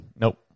Nope